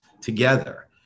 together